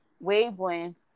wavelength